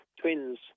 twins